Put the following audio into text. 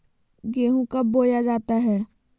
गेंहू कब बोया जाता हैं?